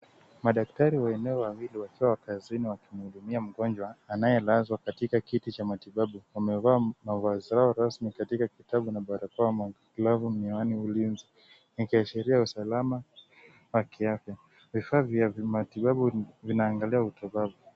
Madaktari wa eneo wawili wakiwa kazini wakimhudumia mgonjwa anayelazwa katika kiti cha matibabu. Wamevaa mavazi zao rasmi katika kitabu na barakoa, glavu na miwani ya ulinzi ikiashiria usalama wa kiafya. Vifaa vya matibabu vinaangaliwa.